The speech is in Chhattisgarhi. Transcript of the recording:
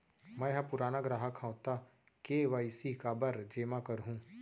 मैं ह पुराना ग्राहक हव त के.वाई.सी काबर जेमा करहुं?